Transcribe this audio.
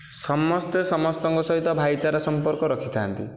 ସମସ୍ତେ ସମସ୍ତଙ୍କ ସହିତ ଭାଇଚାରା ସମ୍ପର୍କ ରଖିଥାନ୍ତି